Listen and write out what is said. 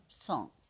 song